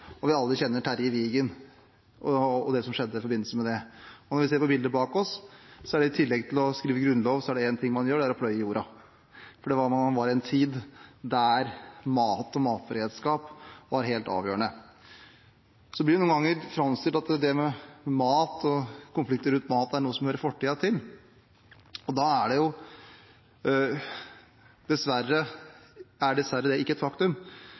Og vi kjenner alle Terje Vigen og det som skjedde i den forbindelse. Når vi ser på bildet bak oss, er det én ting man gjør i tillegg til å skrive grunnlov, og det er å pløye jorda. Man var i en tid da mat og matberedskap var helt avgjørende. Så blir det noen ganger framstilt som at det med mat og konflikter rundt mat er noe som hører fortiden til. Det er dessverre ikke et faktum. Det er